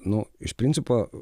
nu iš principo